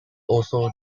also